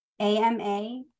AMA